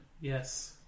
Yes